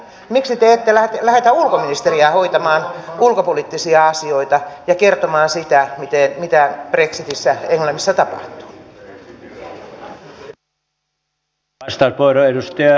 miksi te ette lähetä ulkoministeriä hoitamaan ulkopoliittisia asioita ja kertomaan sitä mitä brexitissä englannissa tapahtuu